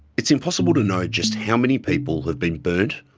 it's impossible to know just how many people have been burnt,